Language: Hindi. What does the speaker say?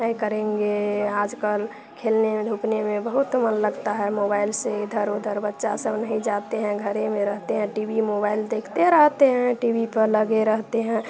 पढ़ाई करेंगे आजकल खेलने में धूपने में बहुत मन लगता है मोबाइल से इधर उधर बच्चा सब नहीं जाते हैं टी वी मोबाइल देखते रहते हैं टी वी पर लगे रहते हैं